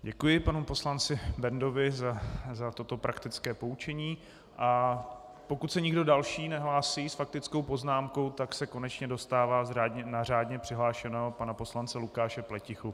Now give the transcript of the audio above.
Děkuji panu poslanci Bendovi za toto praktické poučení, a pokud se nikdo další nehlásí s faktickou poznámkou, tak se konečně dostává na řádně přihlášeného pana poslance Lukáše Pletichu.